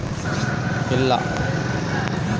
UPI ನಾಗ ನಾನು ರೊಕ್ಕ ಉಳಿತಾಯ ಮಾಡಬಹುದೇನ್ರಿ?